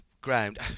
ground